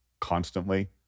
constantly